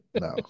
No